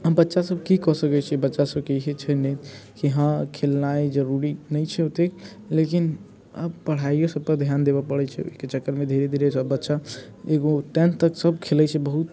बच्चासभ की कऽ सकैत छियै बच्चासभके इएह छै ने कि हँ खेलनाइ जरूरी नहि छै ओतेक लेकिन आब पढ़ाइयो सभ पर ध्यान देबय पड़ैत छै ओहिके चक्करमे धीरे धीरे सभ बच्चा एगो टेंथ तक सभ खेलैत छै बहुत